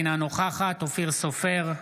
אינה נוכחת אופיר סופר,